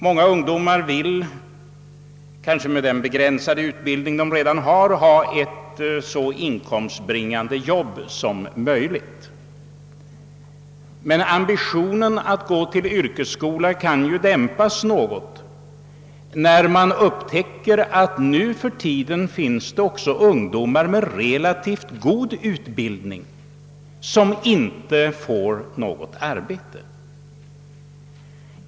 Många ungdomar vill ha ett så inkomstbringande jobb som möjligt med den begränsade utbildning de har. Men ambitionen att gå på yrkesskola kan ju dämpas något när man upptäcker att ungdomar med relativt god utbildning nuförtiden inte får något arbete.